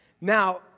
Now